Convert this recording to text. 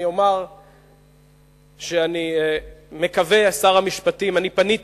אני אומר שאני מקווה, שר המשפטים, אני פניתי